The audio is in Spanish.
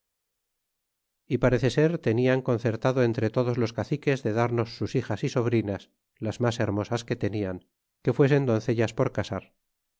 y parece ser tenian concertado entre todos los caciques de darnos sus hijas y sobrinas las mas hermosas que tenían que fuesen doncellas por casar